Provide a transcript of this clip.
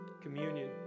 Communion